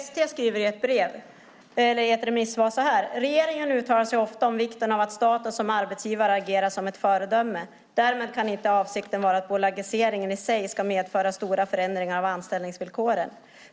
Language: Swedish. Fru talman! ST skriver i ett remissvar så här: Regeringen uttalar sig ofta om vikten av att staten som arbetsgivare agerar som ett föredöme. Därmed kan inte avsikten vara att bolagiseringen i sig ska medföra stora förändringar av anställningsvillkoren.